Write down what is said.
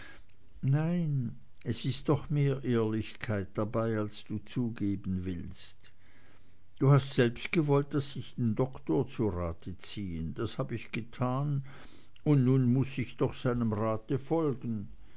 nein es ist doch mehr ehrlichkeit dabei als du zugeben willst du hast selbst gewollt daß ich den doktor zu rate ziehe das hab ich getan und nun muß ich doch seinem rat folgen